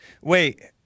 Wait